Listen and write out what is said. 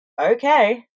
okay